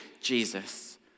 Jesus